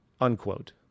unquote